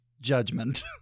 judgment